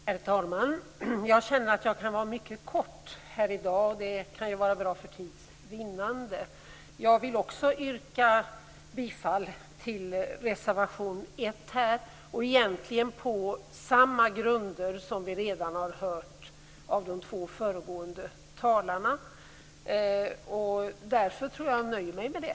Herr talman! Jag känner att jag kan fatta mig mycket kort här i dag, och det kan ju vara bra för tids vinnande. Jag vill också yrka bifall till reservation 1, egentligen på samma grunder som vi redan har hört av de två föregående talarna. Jag nöjer mig med det.